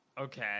okay